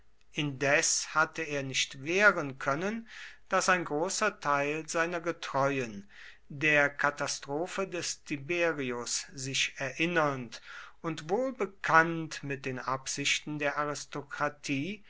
indes hatte er nicht wehren können daß ein großer teil seiner getreuen der katastrophe des tiberius sich erinnernd und wohl bekannt mit den absichten der aristokratie